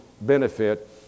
benefit